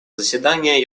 заседания